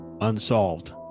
unsolved